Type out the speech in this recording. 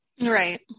Right